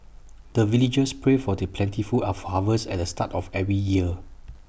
the villagers pray for the plentiful of harvest at the start of every year